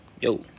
Yo